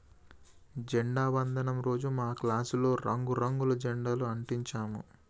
జెండా వందనం రోజు మా క్లాసులో రంగు రంగుల జెండాలు అంటించాము